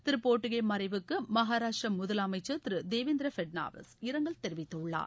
திரு போட்டுகே மறைவுக்கு மகாராஷ்டிர முதலமைச்சர் திரு தேவேந்திர ஃபட்நாவிஸ் இரங்கல் தெரிவித்துள்ளார்